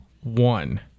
one